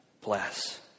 bless